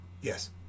yes